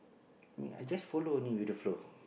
me I just follow only with the flow